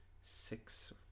six